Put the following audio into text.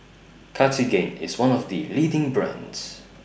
Cartigain IS one of The leading brands